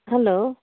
hello